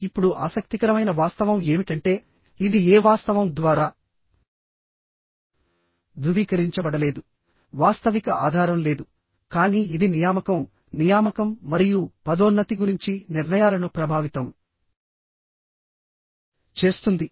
ఇప్పుడుఆసక్తికరమైన వాస్తవం ఏమిటంటే ఇది ఏ వాస్తవం ద్వారా ధృవీకరించబడలేదువాస్తవిక ఆధారం లేదుకానీ ఇది నియామకం నియామకం మరియు పదోన్నతి గురించి నిర్ణయాలను ప్రభావితం చేస్తుంది